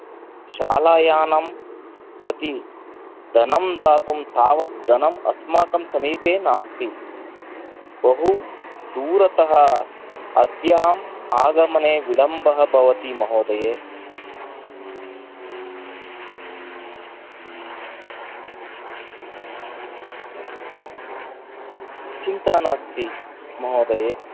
शालायानं प्रति धनं दातुं तावद्धनं अस्माकं समीपे नास्ति बहु दूरतः अध्यां आगमने विलम्बः भवति महोदये चिन्ता नास्ति महोदये